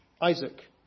Isaac